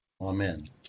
Amen